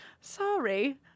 sorry